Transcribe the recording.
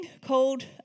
called